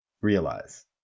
realize